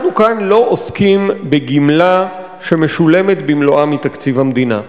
אנחנו כאן לא עוסקים בגמלה שמשולמת במלואה מתקציב המדינה.